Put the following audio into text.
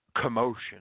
commotion